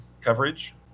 coverage